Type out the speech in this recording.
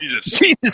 Jesus